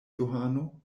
johano